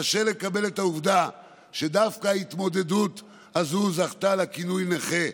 קשה לקבל את העובדה שדווקא ההתמודדות הזאת זכתה לכינוי "נכה",